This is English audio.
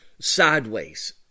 sideways